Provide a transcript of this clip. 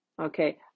okay